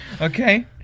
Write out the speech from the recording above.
Okay